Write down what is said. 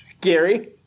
Gary